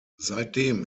seitdem